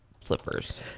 flippers